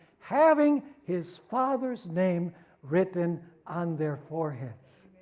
having his father's name written on their foreheads.